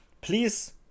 please